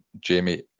Jamie